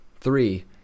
three